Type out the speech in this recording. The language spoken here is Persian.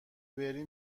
بری